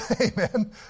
Amen